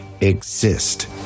exist